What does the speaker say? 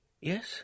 yes